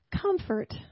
Comfort